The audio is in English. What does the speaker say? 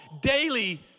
Daily